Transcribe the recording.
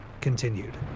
continued